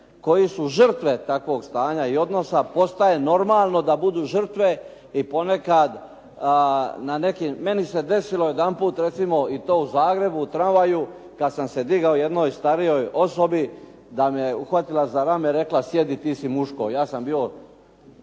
koji su žrtve takvog stanja i odnosa postaje normalno da budu žrtve i ponekad, meni se desilo jedanput recimo i to u Zagrebu u tramvaju kad sam se digao jednoj starijoj osobi da me uhvatila za rame i rekla sjedi, ti si muško. Ja sam bio